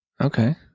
Okay